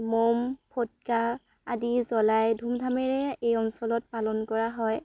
মম ফটকা আদি জ্বলাই ধুম ধামেৰে এই অঞ্চলত পালন কৰা হয়